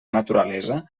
naturalesa